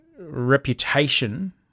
reputation